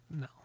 no